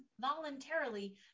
voluntarily